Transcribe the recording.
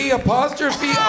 apostrophe